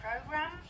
program